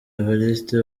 evariste